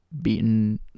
beaten